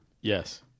Yes